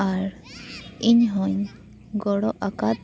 ᱟᱨ ᱤᱧ ᱦᱚᱧ ᱜᱚᱲᱚ ᱟᱠᱟᱫ